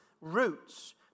roots